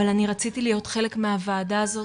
אבל אני רציתי להיות חלק מהוועדה הזאת,